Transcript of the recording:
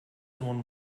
one